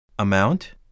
Amount